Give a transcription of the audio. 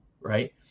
right